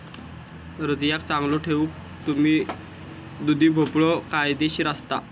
हृदयाक चांगलो ठेऊक दुधी भोपळो फायदेशीर असता